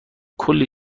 کلی